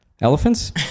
Elephants